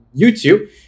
YouTube